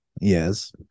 Yes